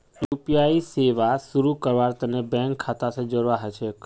UPI सेवा शुरू करवार तने बैंक खाता स जोड़वा ह छेक